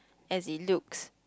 as it looks